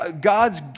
God's